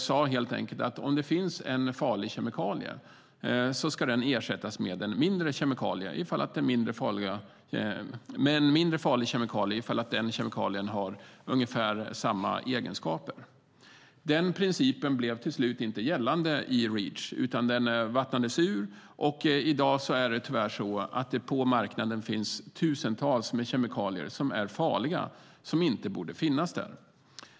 Den innebar att om det finns en farlig kemikalie ska den ersättas med en mindre farlig kemikalie om den kemikalien har ungefär samma egenskaper. Den principen blev till slut inte gällande i Reach. Den vattnades ur. I dag är det tyvärr så att det finns tusentals farliga kemikalier på marknaden som inte borde finns där.